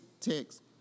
text